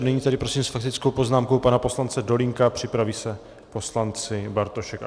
Nyní tedy prosím s faktickou poznámkou pana poslance Dolínka a připraví se poslanci Bartošek a Kalousek.